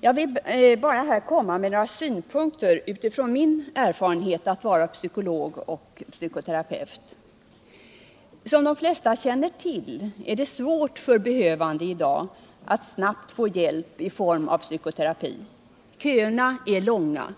Jag vill här bara komma med några synpunkter med utgångspunkt i min erfarenhet av att vara psykolog och psykoterapeut. Som de flesta känner till är det i dag svårt för behövande att snabbt få hjälp i form av psykoterapi — köerna är långa.